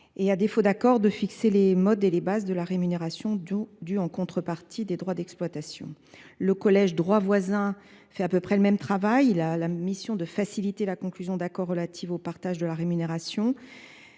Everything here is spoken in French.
et, à défaut d’accord, fixer les modes et les bases de la rémunération due en contrepartie des droits d’exploitation. Le collège « droits voisins » de cette commission a pour mission de faciliter la conclusion d’accords relatifs au partage de la rémunération